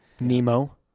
Nemo